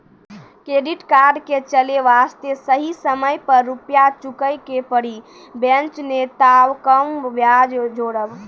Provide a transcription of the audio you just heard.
Credit card के चले वास्ते सही समय पर रुपिया चुके के पड़ी बेंच ने ताब कम ब्याज जोरब?